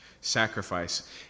Sacrifice